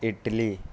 idli